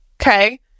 okay